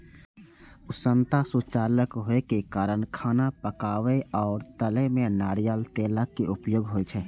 उष्णता सुचालक होइ के कारण खाना पकाबै आ तलै मे नारियल तेलक उपयोग होइ छै